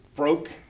broke